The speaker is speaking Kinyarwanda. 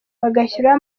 bagashyiraho